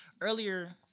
earlier